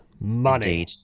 Money